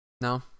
No